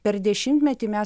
per dešimtmetį mes